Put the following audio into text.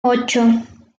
ocho